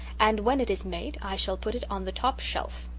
and when it is made i shall put it on the top shelf.